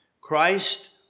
Christ